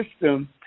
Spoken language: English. system